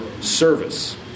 service